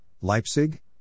Leipzig